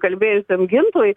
kalbėjusiam gintui